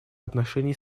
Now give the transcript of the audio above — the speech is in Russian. отношений